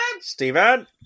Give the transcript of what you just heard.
Steven